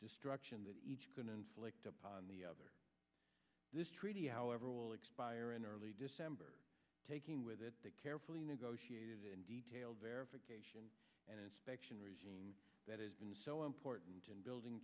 destruction that each could inflict on the other this treaty however will expire in early december taking with it the carefully negotiated in detail verification and inspection regime that has been so important in building